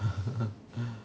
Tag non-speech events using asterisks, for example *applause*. *laughs*